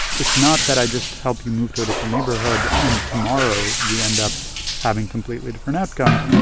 it's not that i just help you move to a different neighborhood, and tomorrow, you end up having completely different outcomes.